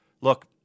Look